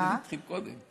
הגיעו אנשים.